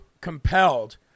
compelled